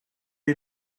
you